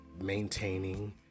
maintaining